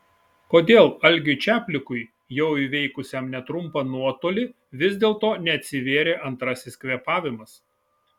kodėl algiui čaplikui jau įveikusiam netrumpą nuotolį vis dėlto neatsivėrė antrasis kvėpavimas